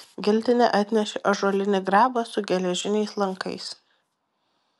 giltinė atnešė ąžuolinį grabą su geležiniais lankais